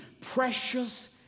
Precious